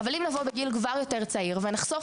אבל אם נבוא בגיל כבר יותר צעיר ונחשוף